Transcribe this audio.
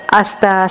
Hasta